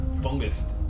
fungus